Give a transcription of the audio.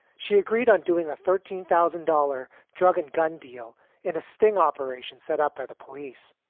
she agreed on doing a thirteen thousand dollar drug and gun deal in a sting operation set up by the police.